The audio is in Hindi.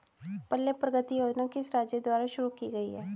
पल्ले प्रगति योजना किस राज्य द्वारा शुरू की गई है?